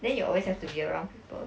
then you always have to be around people